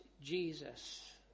Jesus